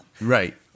Right